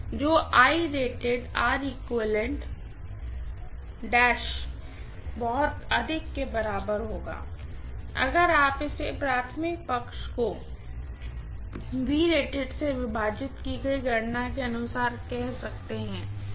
जो बहुत अधिक के बराबर होगा अगर आप इसे प्राइमरी साइड को से विभाजित की गई गणना के अनुसार कह सकते हैं प्राइमरी साइड पर ही